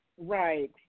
Right